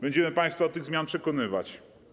Będziemy państwa do tych zmian przekonywać.